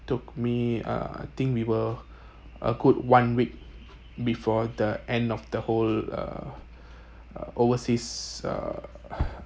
took me uh I think we were a good one week before the end of the whole uh uh overseas uh